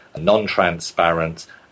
non-transparent